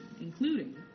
including